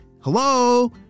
Hello